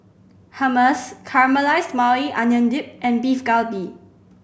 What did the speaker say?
Hummus Caramelized Maui Onion Dip and Beef Galbi